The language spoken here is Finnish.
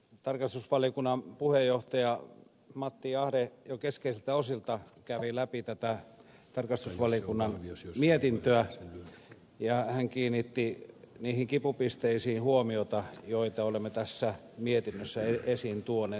tarkastusvaliokunnan puheenjohtaja matti ahde jo keskeisiltä osilta kävi läpi tätä tarkastusvaliokunnan mietintöä ja hän kiinnitti huomiota niihin kipupisteisiin joita olemme tässä mietinnössä esiin tuoneet